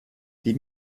die